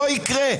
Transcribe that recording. לא יקרה.